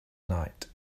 night